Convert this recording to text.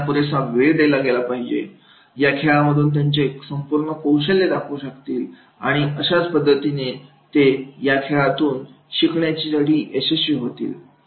त्यांना पुरेसा वेळ दिला गेला तर या खेळामधून त्यांचे संपूर्ण कौशल्य दाखवू शकतील आणि अशाच पद्धतीने ते या खेळातून शिकण्यासाठी यशस्वी होतील